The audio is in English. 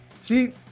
See